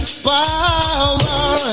Power